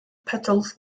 petals